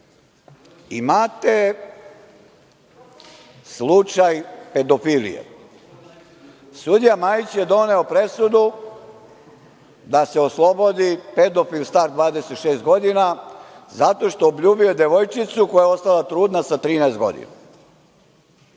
slučaj pedofilije. Sudija Majić je doneo presudu da se oslobodi pedofil star 26 godina zato što je obljubio devojčicu koja je ostala trudna sa 13 godina.